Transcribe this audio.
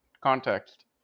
context